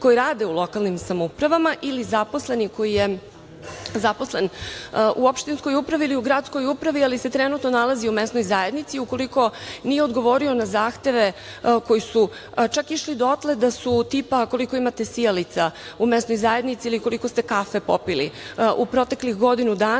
koji rade u lokalnim samoupravama ili zaposleni koji je zaposlen u opštinskoj upravi ili u gradskoj upravi ali se trenutno nalazi u mesnoj zajednici ukoliko nije odgovorio na zahteve koji su čak išli dotle da su tipa koliko imate sijalica u mesnoj zajednici ili koliko ste kafe popili u proteklih godinu dana, ili